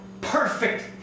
perfect